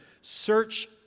search